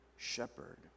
Shepherd